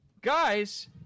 guys